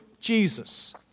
Jesus